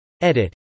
Edit